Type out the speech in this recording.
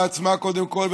לעצמה קודם כול,